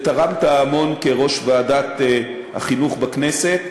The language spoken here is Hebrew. ותרמת המון כראש ועדת החינוך בכנסת.